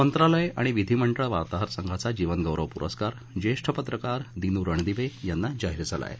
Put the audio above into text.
मंत्रालय आणि विधीमंडळ वार्ताहर संघाचा जीवन गौरव पुरस्कार ज्येष्ठ पत्रकार दिनू रणदिवे यांना जाहीर झाला आहे